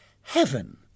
Heaven